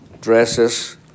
dresses